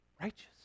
Righteous